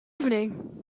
evening